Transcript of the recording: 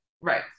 Right